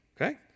Okay